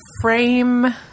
frame